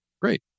Great